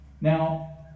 Now